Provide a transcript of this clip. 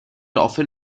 often